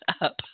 up